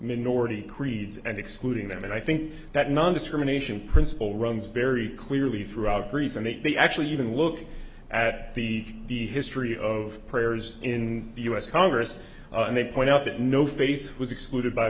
minority creeds and excluding them and i think that nondiscrimination principle runs very clearly throughout greece and it they actually even look at the the history of prayers in the u s congress and they point out that no faith was excluded by